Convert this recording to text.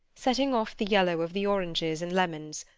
setting off the yellow of the oranges and lemons,